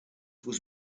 was